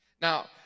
Now